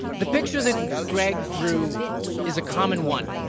the picture that greg drew is a common one.